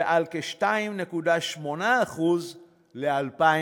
וכ-2.8% ל-2015.